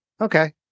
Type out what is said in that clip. Okay